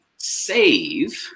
save